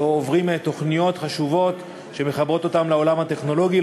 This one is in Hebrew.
והם משתתפים בתוכניות חשובות שמחברות אותם לעולם הטכנולוגי,